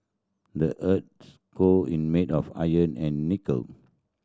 the earth's core in made of iron and nickel